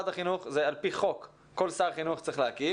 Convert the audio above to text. על-פי חוק, כל שר צריך להקים